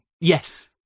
yes